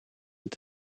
het